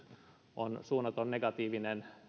on suunnaton negatiivinen